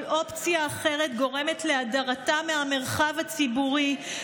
כל אופציה אחרת גורמת להדרתה מהמרחב הציבורי,